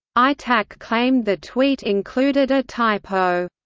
aytac claimed the tweet included a typo.